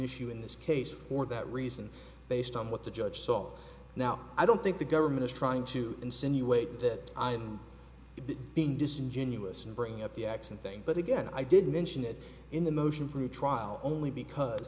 issue in this case for that reason based on what the judge saw now i don't think the government is trying to insinuate that i'm being disingenuous in bringing up the action thing but again i did mention it in the motion for new trial only because